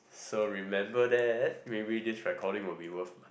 so remember that maybe this recording will be worth